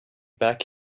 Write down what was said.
back